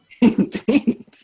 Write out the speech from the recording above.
Indeed